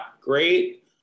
great